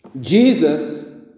Jesus